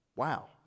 wow